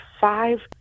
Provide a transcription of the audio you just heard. five